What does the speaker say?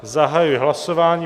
Zahajuji hlasování.